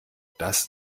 das